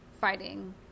fighting